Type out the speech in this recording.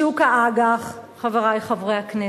שוק האג"ח, חברי חברי הכנסת,